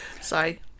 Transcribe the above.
sorry